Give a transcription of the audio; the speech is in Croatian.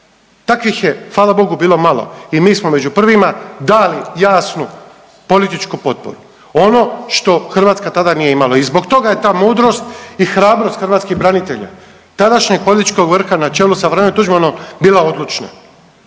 Takvih je hvala bogu bilo malo i mi smo među prvima dali jasnu političku potporu, ono što Hrvatska tada nije imala. I zbog toga je ta mudrost i hrabrost hrvatskih branitelja, tadašnjeg političkog vrha na čelu sa Franjom Tuđmanom bila odlučna,